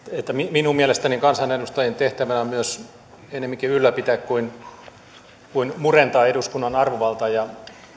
minun mielestäni kansanedustajien tehtävänä on myös ennemminkin ylläpitää kuin kuin murentaa eduskunnan arvovaltaa ja